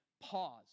pause